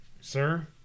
sir